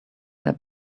their